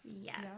Yes